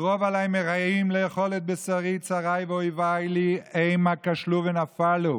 בקרב עלי מרעים לאכֹל את בשרי צרי ואיְבַי לי המה כשלו ונפלו